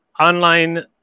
online